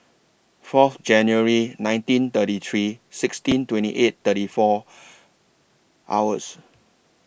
Fourth January nineteen thirty three sixteen twenty eight thirty four hours